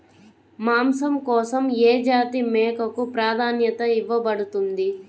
మాంసం కోసం ఏ జాతి మేకకు ప్రాధాన్యత ఇవ్వబడుతుంది?